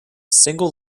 single